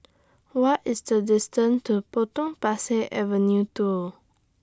What IS The distance to Potong Pasir Avenue two